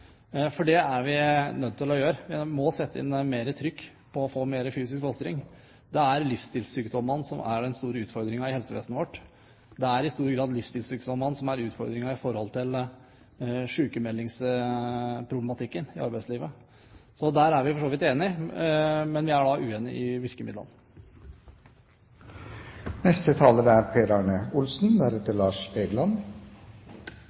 for det er vi nødt til å gjøre. Vi må sette mer trykk på å få til mer fysisk fostring. Det er livsstilssykdommene som er den store utfordringen i helsevesenet vårt. Det er i stor grad livsstilssykdommene som er utfordringen i forhold til sykmeldingsproblematikken i arbeidslivet. Så der er vi for så vidt enige, men vi er uenige om virkemidlene. Jeg vil gjerne starte med å trekke opp det som etter min oppfatning er det viktigste i